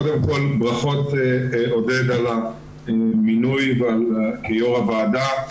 קודם כל ברכות, עודד, על המינוי כיו"ר הוועדה.